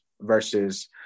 versus